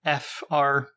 FR